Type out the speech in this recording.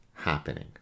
happening